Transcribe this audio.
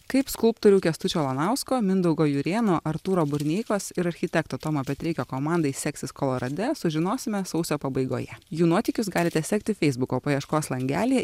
kaip skulptorių kęstučio lanausko mindaugo jurėno artūro burneikos ir architekto tomo petreikio komandai seksis kolorade sužinosime sausio pabaigoje jų nuotykius galite sekti feisbuko paieškos langelyje